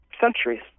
centuries